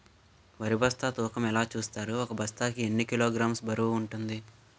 వరి బస్తా తూకం ఎలా చూస్తారు? ఒక బస్తా కి ఎన్ని కిలోగ్రామ్స్ బరువు వుంటుంది?